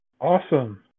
Awesome